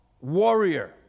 warrior